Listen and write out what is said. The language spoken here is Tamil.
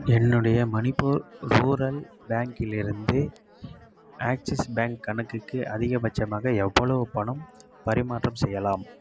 என்னுடைய மணிப்பூர் ரூரல் பேங்க்கில் இருந்து ஆக்ஸிஸ் பேங்க் கணக்குக்கு அதிகபட்சமாக எவ்வளவு பணம் பரிமாற்றம் செய்யலாம்